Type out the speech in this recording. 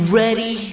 ready